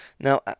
Now